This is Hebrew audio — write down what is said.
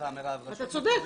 אתה צודק.